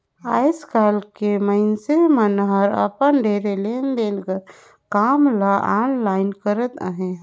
आएस काएल के मइनसे मन हर अपन ढेरे लेन देन के काम ल आनलाईन करत अहें